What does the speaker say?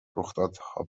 رخدادها